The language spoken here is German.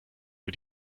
für